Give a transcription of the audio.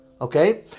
okay